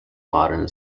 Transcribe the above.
modern